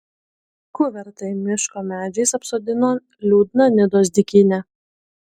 kuvertai miško medžiais apsodino liūdną nidos dykynę